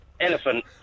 elephant